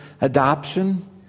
adoption